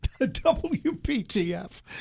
WPTF